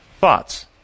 Thoughts